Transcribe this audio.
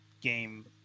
game